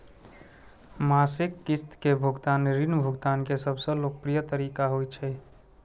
मासिक किस्त के भुगतान ऋण भुगतान के सबसं लोकप्रिय तरीका होइ छै